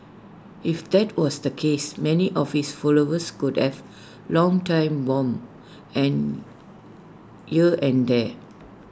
if that was the case many of his followers could have long time bomb and here and there